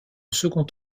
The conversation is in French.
second